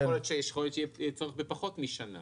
יכול להיות שיהיה צורך בפחות משנה.